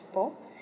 people